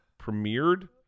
premiered